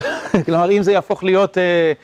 כלומר, אם זה יהפוך להיות...